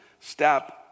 step